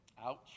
Ouch